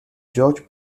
george